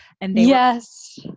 Yes